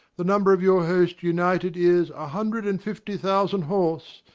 the number of your hosts united is, a hundred and fifty thousand horse,